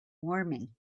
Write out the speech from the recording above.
warming